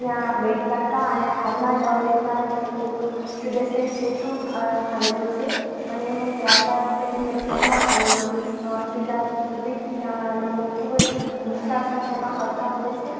જ્યાં બેટ દ્વારકા અને હાલમાં નવનિર્માણ થયેલું સુદર્શન સેતુ આવેલું છે અને ત્યારબાદ તેની નજીકમાં આવેલું શિવરાજપુર બીચ જ્યાં લોકો ખૂબ જ વિશાળ સંખ્યામાં આવતા હોય છે